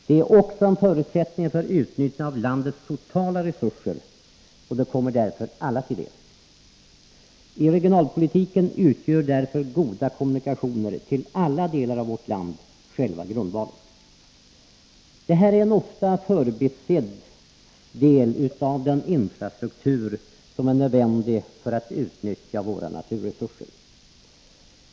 Den är också en förutsättning för utnyttjande av landets totala resurser och kommer därför alla till del. I regionalpolitiken utgör därför goda kommunikationer mellan alla delar av vårt land själva grundvalen. Kommunikationerna är en ofta förbisedd del i den infrastruktur som är nödvändig för att våra naturresurser skall kunna utnyttjas.